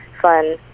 fun